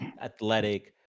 athletic